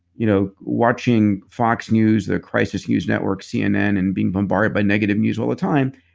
you know watching fox news, the crisis news network, cnn, and being bombarded by negative news all the time.